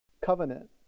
covenant